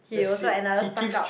he also another stuck up